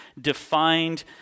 defined